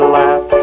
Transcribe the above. laugh